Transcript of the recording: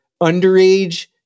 underage